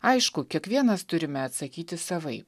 aišku kiekvienas turime atsakyti savaip